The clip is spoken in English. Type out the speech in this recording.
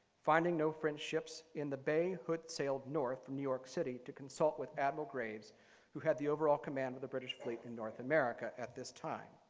finding no french ships in the bay, hood sailed north to new york city to consult with admiral graves who had the overall command with the british fleet in north america at this time.